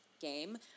game